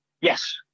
Yes